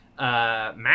Matt